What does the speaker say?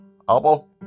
Apple